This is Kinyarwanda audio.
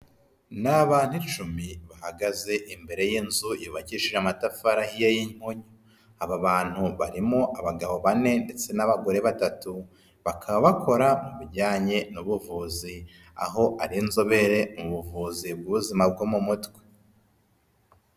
Ni abantu icumi bahagaze imbere y'inzu yubakishije amatafari y'impunyu. Aba bantu barimo abagabo bane ndetse n'abagore batatu, bakaba bakora mu bijyanye n'ubuvuzi, aho ari inzobere mu buvuzi b'ubuzima bwo mu mutwe.